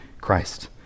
Christ